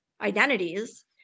identities